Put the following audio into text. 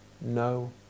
no